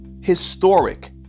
Historic